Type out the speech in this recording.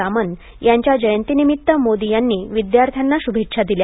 रामन यांच्या जयंतीनिमित्त मोदी यांनी विद्यार्थ्यांना शुभेच्छा दिल्या